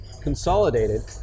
consolidated